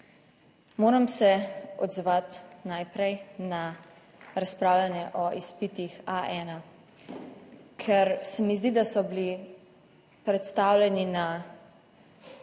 Moram se odzvati najprej na razpravljanje o izpitih A1, ker se mi zdi, da so bili predstavljeni na